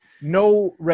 no